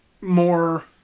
more